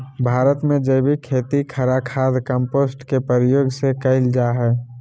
भारत में जैविक खेती हरा खाद, कंपोस्ट के प्रयोग से कैल जा हई